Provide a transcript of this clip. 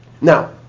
Now